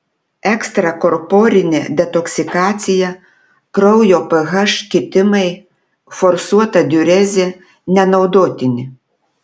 ekstrakorporinė detoksikacija kraujo ph kitimai forsuota diurezė nenaudotini